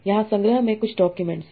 यहाँ संग्रह में कुछ डॉक्यूमेंट्स